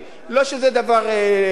לא שזה דבר רע,